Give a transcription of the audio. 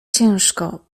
ciężko